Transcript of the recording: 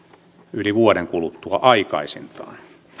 yli vuoden kuluttua aikaisintaan